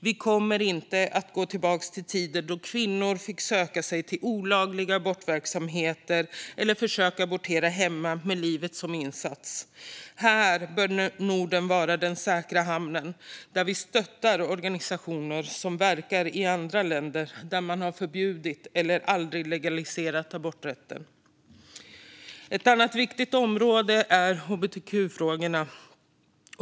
Vi kommer inte att gå tillbaka till tider då kvinnor fick söka sig till olagliga abortverksamheter eller försöka abortera hemma med livet som insats. Här bör Norden vara den säkra hamnen där vi stöttar organisationer som verkar i andra länder där abort har förbjudits eller aldrig legaliserats. Ett annat viktigt område är hbtq-frågorna.